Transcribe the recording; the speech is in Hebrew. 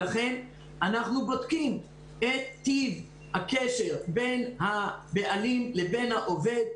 לכן אנחנו בודקים את טיב הקשר בין הבעלים לבין העובד.